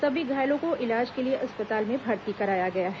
सभी घायलों को इलाज के लिए अस्पताल में भर्ती कराया गया है